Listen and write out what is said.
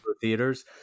theaters